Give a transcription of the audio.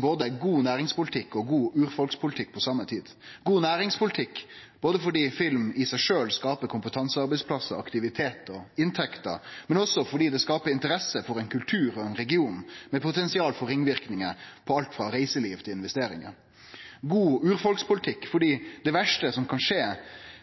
både god næringspolitikk og god urfolkspolitikk på same tid. Det er god næringspolitikk både fordi film i seg sjølv skapar kompetansearbeidsplassar, aktivitet og inntekter, men også fordi det skapar interesse for ein kultur og ein region – med potensial for ringverknader på alt frå reiseliv til investeringar. Det er god urfolkspolitikk fordi det verste som kan skje